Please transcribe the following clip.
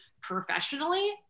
professionally